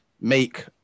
make